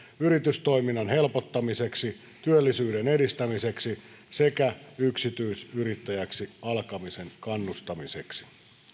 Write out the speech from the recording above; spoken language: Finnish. yritystoiminnan helpottamiseksi työllisyyden edistämiseksi sekä yksityisyrittäjäksi alkamisen kannustamiseksi